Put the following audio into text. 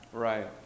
Right